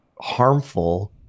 harmful